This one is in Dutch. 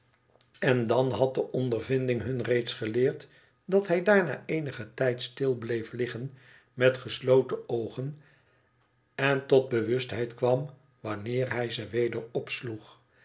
en dan hid de ondervinding hun reeds geleerd dat hij daarna eenigen tijd stil bleef liggen inet gesloten oogen en tot bewustheid kwam wanneer hij ze weder opsloeg